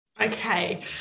Okay